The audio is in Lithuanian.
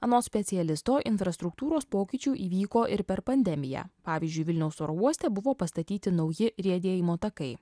anot specialisto infrastruktūros pokyčių įvyko ir per pandemiją pavyzdžiui vilniaus oro uoste buvo pastatyti nauji riedėjimo takai